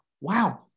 wow